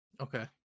okay